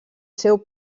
seu